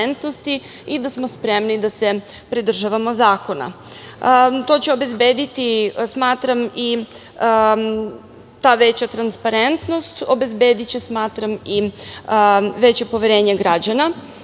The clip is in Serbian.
i da smo spremni da se pridržavamo zakona. To će obezbediti, smatram, i ta veća transparentnost, obezbediće, smatram, i veće poverenje građana,